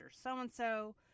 So-and-so